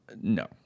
no